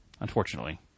unfortunately